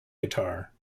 guitar